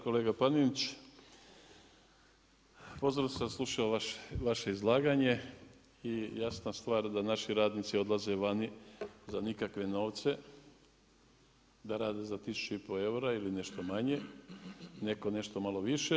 Kolega Panenić, pozorno sam slušao vaše izlaganje i jasna stvar da naši radnici odlaze vani za nikakve novce, da rade za tisuću i pol eura ili nešto manje, netko nešto malo više.